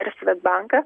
per svedbanką